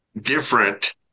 different